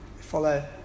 follow